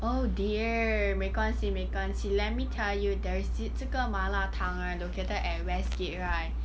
oh dear 没关系没关系 let me tell you there's thi~ 这个麻辣汤 right located at westgate right